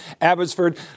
Abbotsford